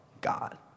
God